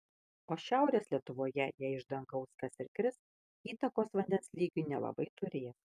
o šiaurės lietuvoje jei iš dangaus kas ir kris įtakos vandens lygiui nelabai turės